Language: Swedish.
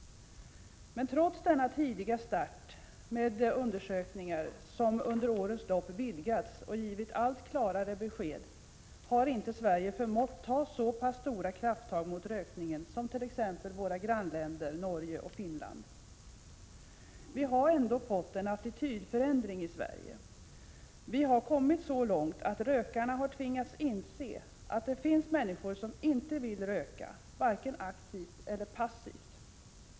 Trots denna tidiga start med undersökningar, som under årens lopp vidgats och givit allt klarare besked, har inte Sverige förmått ta så stora krafttag mot rökningen som t.ex. våra grannländer Norge och Finland. Vi har ändå fått en attitydförändring i Sverige. Vi har kommit så långt att rökarna har tvingats inse att det finns människor som inte vill röka, varken aktivt eller passivt.